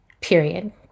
Period